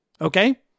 Okay